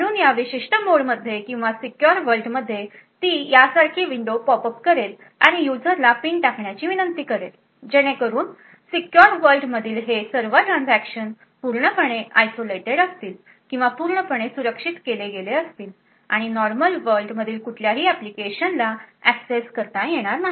म्हणून या विशिष्ट मोडमध्ये किंवा सीक्युर वर्ल्ड मध्ये ती यासारखी विंडो पॉप अप करेल आणि युजर ला पिन टाकण्याची विनंती करेल जेणेकरून सीक्युर वर्ल्ड मधील हे सर्व ट्रांजेक्शन पूर्णपणे आईसोलेटेड असतील किंवा पूर्णपणे सुरक्षित केले गेले असतील आणि नॉर्मल वर्ल्ड मधील कुठल्याही एप्लीकेशनला एक्सेस करता येणार नाही